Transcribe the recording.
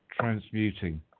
Transmuting